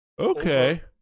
Okay